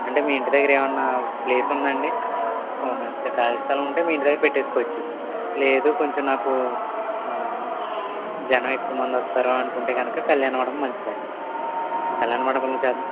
అంటే మీ ఇంటి దగ్గర ఏమన్నా ప్లేస్ ఉందా అండి ఇంకా మంచిగా ఖాళీ స్థలం ఉంటే మీ ఇంటి దగ్గర పెట్టేసుకోవొచ్చు లేదు కొంచెం నాకు ఆ జనం ఎక్కువ మంది వస్తారు అనుకుంటే గనక కళ్యాణ మండపం మంచిదండి